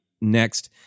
next